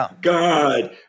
God